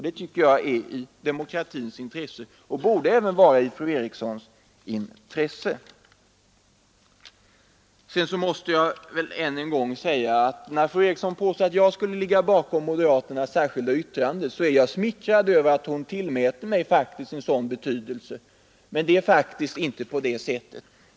Det tycker jag är i demokratins intresse, och det borde sålunda även vara i fru Erikssons intresse. Sedan måste jag än en gång säga att när fru Eriksson påstår att jag skulle ligga bakom moderaternas särskilda yttrande, så är jag smickrad över att hon tillmäter mig en sådan betydelse, men det är faktiskt inte på det sättet.